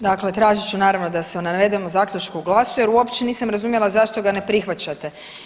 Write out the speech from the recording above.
Dakle, tražit ću naravno da se o navedenom zaključku glasuje jer uopće nisam razumjela zašto ga ne prihvaćate.